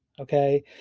okay